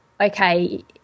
okay